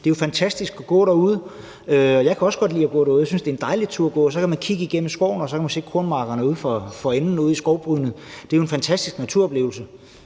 Det er jo fantastisk at gå derude. Jeg kan også godt lide at gå derude. Jeg synes, det er en dejlig tur at gå, for jeg kan kigge igennem skoven og se kornmarkerne ude for enden af skovbrynet. Det er jo en fantastisk naturoplevelse.